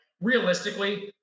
realistically